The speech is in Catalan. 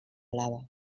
lava